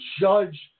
judge